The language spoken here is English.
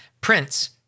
Prints